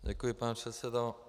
Děkuji, pane předsedo.